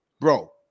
bro